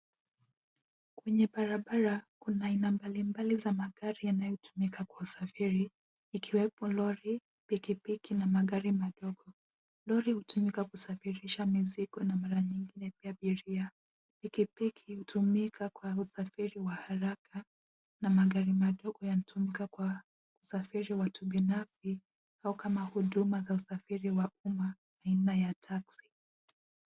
Kwenye barabara kuna aina mbalimbali za magari yanayotumika kwa usafiri, ikiwepo lori, pikipiki na magari madogo. Lori hutumika kusafirisha mizigo na mara nyingine pia abiria. Pikipiki hutumika kwa usafiri wa haraka na magari madogo yanatumika kwa kusafiri watu binafsi au kama huduma za usafiri wa umma kama aina ya cs[taxi]cs.